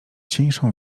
cieńszą